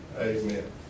Amen